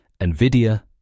NVIDIA